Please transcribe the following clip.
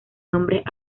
nombres